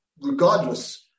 regardless